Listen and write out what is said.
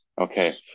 Okay